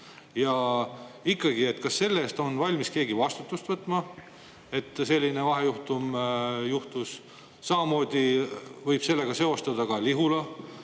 Ikkagi, kas selle eest on valmis keegi vastutust võtma, et selline vahejuhtum juhtus? Samamoodi võib sellega seostada ka Lihula